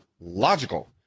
logical